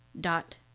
dot